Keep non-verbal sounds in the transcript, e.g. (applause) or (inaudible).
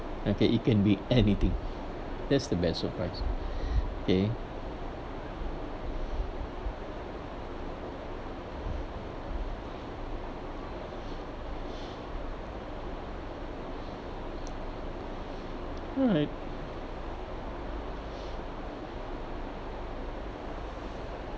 okay it can be anything that's the best surprise (breath) okay alright